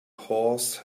horse